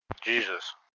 Jesus